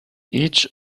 each